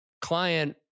client